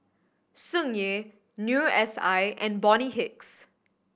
Tsung Yeh Noor S I and Bonny Hicks